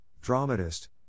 dramatist